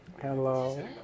Hello